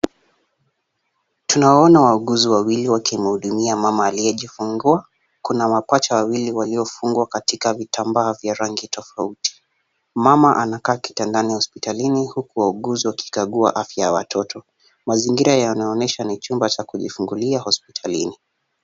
Tunawaona wauguzi wawili wakimhudumia mama aliyejifungua. Kuna mapacha wawili waliofungwa katika vitambaa vya rangi tofauti. Mama anakaa kwa kitanda hospitalini huku wauguzi wakikagua afya. Mazingira yanaonyesha ni chumba cha kujifungulia hospitalini.